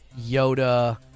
Yoda